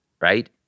right